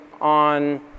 on